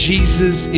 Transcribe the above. Jesus